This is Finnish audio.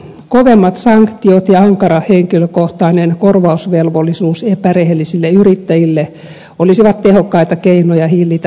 kovemmat sanktiot ja ankara henkilökohtainen korvausvelvollisuus epärehellisille yrittäjille olisivat tehokkaita keinoja hillitä vallitsevaa kehitystä